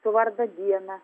su vardo diena